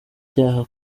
cyaha